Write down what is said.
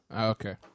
Okay